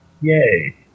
Yay